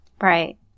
Right